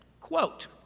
quote